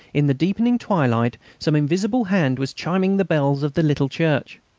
in the deepening twilight some invisible hand was chiming the bells of the little church.